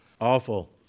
awful